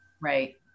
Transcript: right